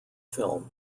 film